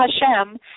Hashem